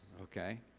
okay